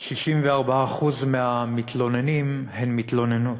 64% מהמתלוננים הם מתלוננות,